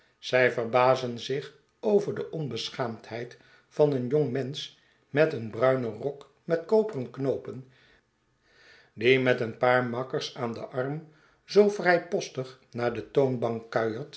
zij verbazen zich over de onbeschaamdheid van een jongmensch met een bruinen rok met koperen knoopen die met een paar makkers aan den arm zoo vrijpostig naar de